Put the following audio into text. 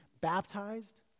baptized